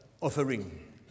offering